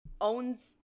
owns